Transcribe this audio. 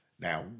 Now